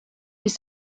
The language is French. les